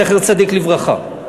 זכר צדיק לברכה.